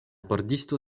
pordisto